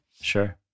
Sure